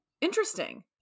Interesting